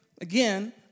again